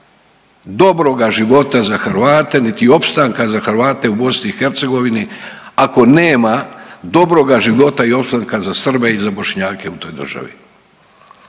dobroga života za Hrvate niti opstanka za Hrvate u BiH ako nema dobroga života i opstanka za Srbe i za Bošnjake u toj državi.